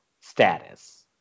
status